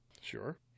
Sure